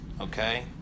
okay